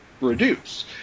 reduce